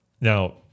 Now